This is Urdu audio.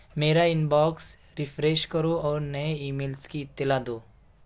میرا انباکس ریفریش کرو اور نئے ای میلس کی اطلاع دو